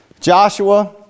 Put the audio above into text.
Joshua